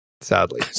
sadly